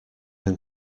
can